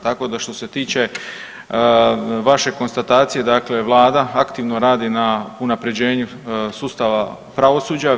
Tako da što se tiče vaše konstatacije, dakle Vlada aktivno radi na unapređenju sustava pravosuđa.